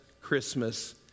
Christmas